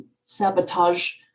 sabotage